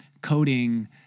coding